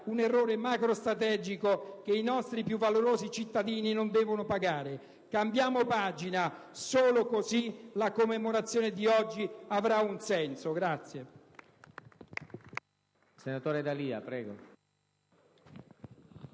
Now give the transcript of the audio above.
un errore macrostrategico che i nostri più valorosi cittadini non devono pagare. Cambiamo pagina, solo così la commemorazione di oggi avrà un senso.